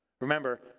Remember